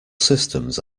systems